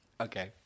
Okay